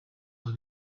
ari